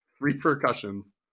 repercussions